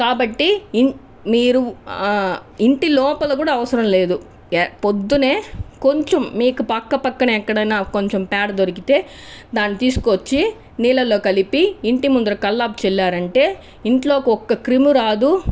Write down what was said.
కాబట్టీ మీరు ఇంటి లోపల కూడా అవసరం లేదు పొద్దున్నే కొంచెం మీకు పక్క పక్కన ఎక్కడైనా కొంచెం పేడ దొరికితే దాన్ని తీసుకువచ్చి నీళ్ళలో కలిపి ఇంటి ముందర కల్లాపి చల్లారంటే ఇంట్లొకి ఒక్క క్రిమురాదు